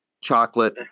chocolate